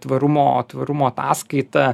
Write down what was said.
tvarumo tvarumo ataskaita